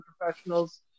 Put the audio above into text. professionals